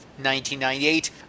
1998